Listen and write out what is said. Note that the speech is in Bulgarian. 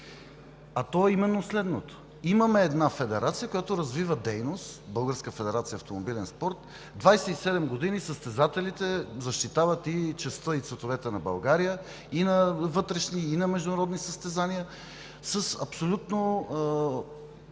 а то е именно следното: имаме една федерация, която развива дейност – Българската федерация по автомобилен спорт. Двадесет и седем години състезателите защитават честта и цветовете на България на вътрешни и на международни състезания с абсолютно